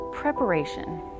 Preparation